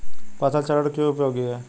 फसल चरण क्यों उपयोगी है?